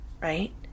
right